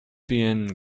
gay